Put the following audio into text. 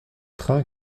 train